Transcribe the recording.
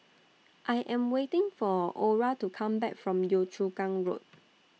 I Am waiting For Orah to Come Back from Yio Chu Kang Road